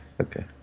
okay